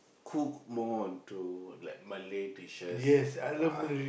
cook more onto like Malay dishes but I